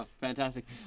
Fantastic